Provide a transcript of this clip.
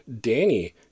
Danny